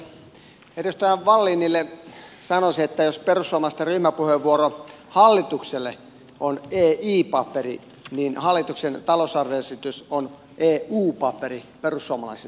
edustaja wallinille sanoisin että jos perussuomalaisten ryhmäpuheenvuoro hallitukselle on ei paperi niin hallituksen talousarvioesitys on eu paperi perussuomalaisille